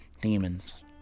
Demons